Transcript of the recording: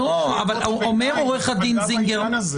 לא היינו בכלל מקיימים --- אבל גם כבודו הזכיר עכשיו את החריגות.